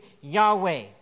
Yahweh